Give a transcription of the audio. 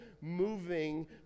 moving